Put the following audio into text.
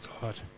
God